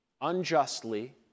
unjustly